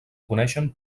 coneixen